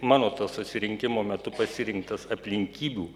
mano to susirinkimo metu pasirinktas aplinkybių